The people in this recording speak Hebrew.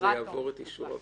וזה יעבור את אישור הוועדה?